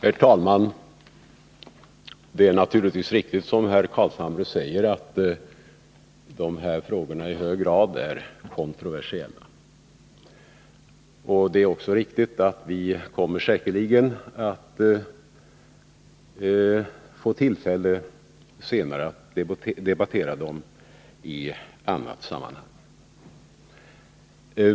Herr talman! Det är naturligtvis riktigt, som herr Carlshamre säger, att de här frågorna i hög grad är kontroversiella, och det är också riktigt att vi säkerligen senare kommer att få tillfälle att debattera dem i annat sammanhang.